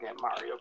Mario